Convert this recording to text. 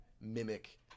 mimic